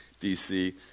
DC